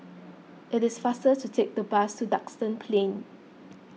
it is faster to take the bus to Duxton Plain